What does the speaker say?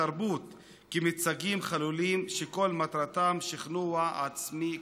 ובתרבות כמיצגים חלולים שכל מטרתם שכנוע עצמי כוזב.